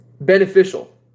beneficial